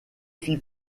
fit